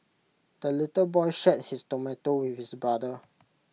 the little boy shared his tomato with his brother